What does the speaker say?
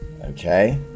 Okay